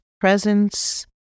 presence